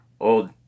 old